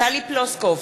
טלי פלוסקוב,